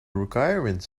requirements